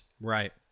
Right